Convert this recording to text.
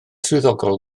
swyddogol